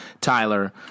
Tyler